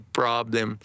problem